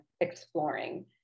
exploring